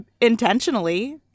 intentionally